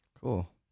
Cool